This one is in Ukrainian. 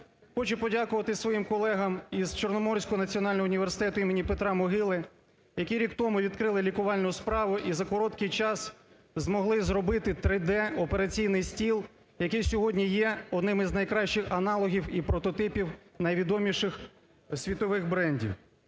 національного університету імені Петра Могили, який рік тому відкрили лікувальну справу і за короткий час змогли зробити 3D операційний стіл, який сьогодні є одним з найкращих аналогів і прототипів найвідоміших світових брендів.